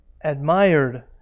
admired